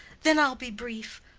then i'll be brief.